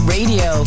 Radio